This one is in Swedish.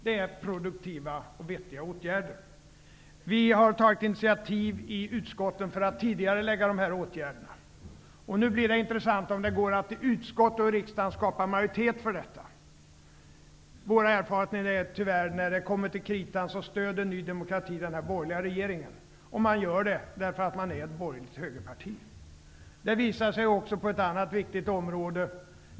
Det är produktiva och vettiga åtgärder. Vi har tagit initiativ i utskotten för att tidigarelägga dessa åtgärder. Nu blir det intressant att se om det i utskotten och i kammaren går att skapa majoritet för detta. Vår erfarenhet är tyvärr att när det kommer till kritan stöder Ny demokrati den borgerliga regeringen. Ny demokrati gör det därför att det är ett borgerligt högerparti. Det visar sig också på ett annat viktigt område.